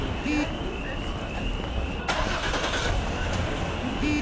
रबी फसल वर्षा के बाद शीतकालीन खेती के तौर पर लगऽ हइ